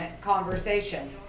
conversation